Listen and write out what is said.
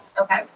Okay